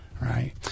Right